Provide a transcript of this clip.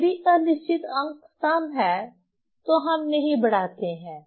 यदि अनिश्चित अंक सम है तो हम नहीं बढ़ाते हैं